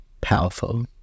powerful